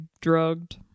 drugged